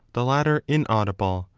the latter inaudible,